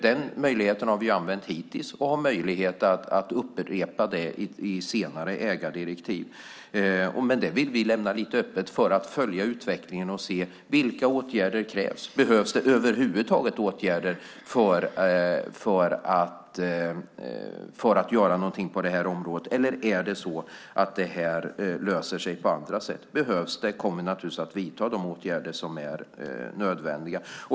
Denna möjlighet har vi använt hittills, och vi kan upprepa detta i senare ägardirektiv. Men vi vill lämna det lite öppet för att följa utvecklingen och se vilka åtgärder som krävs. Behövs det över huvud taget åtgärder för att göra någonting på området, eller löser det sig på andra sätt? Om det behövs kommer vi naturligtvis att vidta de åtgärder som är nödvändiga.